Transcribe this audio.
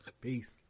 Peace